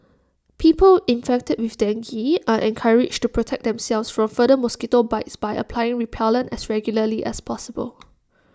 people infected with dengue are encouraged to protect themselves from further mosquito bites by applying repellent as regularly as possible